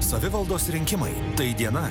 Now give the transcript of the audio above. savivaldos rinkimai tai diena